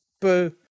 boo